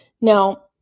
Now